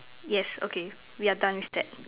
yes okay we are done with that